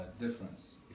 difference